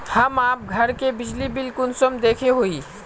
हम आप घर के बिजली बिल कुंसम देखे हुई?